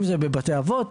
אם זה בבתי אבות,